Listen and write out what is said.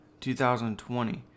2020